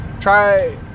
try